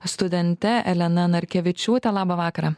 studente elena narkevičiūte labą vakarą